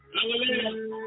Hallelujah